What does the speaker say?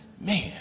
man